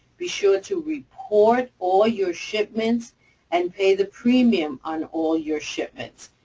be sure to report all your shipments and pay the premium on all your shipments.